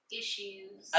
issues